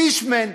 פישמן.